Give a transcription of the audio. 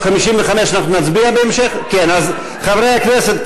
חברי הכנסת,